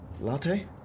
Latte